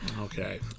Okay